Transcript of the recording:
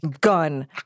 gun